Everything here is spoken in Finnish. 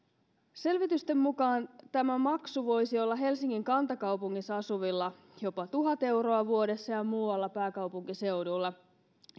selvitysten mukaan tämä maksu voisi olla helsingin kantakaupungissa asuvilla jopa tuhat euroa vuodessa ja muualla pääkaupunkiseudulla